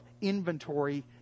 inventory